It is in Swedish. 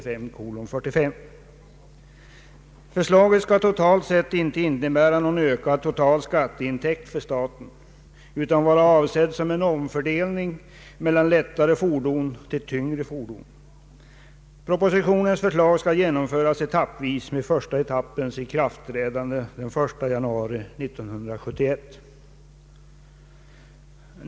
Förslaget skall totalt sett icke innebära någon ökad total skatteintäkt för staten utan vara avsett såsom en omfördelning mellan lättare fordon till tyngre fordon. Propositionens förslag skall genomföras etappvis med första etappens ikraftträdande den 1 januari 1971.